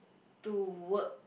to work